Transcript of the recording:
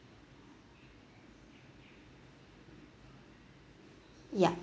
yup